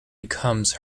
becomes